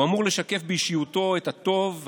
הוא אמור לשקף באישיותו את הטוב,